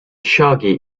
shogi